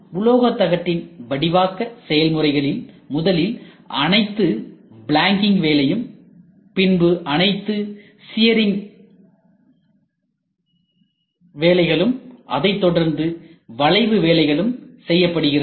உலோகத் தகட்டின் வடிவாக்க செயல்முறைகளில் முதலில் அனைத்து பிளங்கிங் வேலையும் பின்பு அனைத்து ஹியரிங் வேலைகளும் அதைத்தொடர்ந்து வளைவு வேலைகளும் செய்யப்படுகிறது